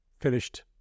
finished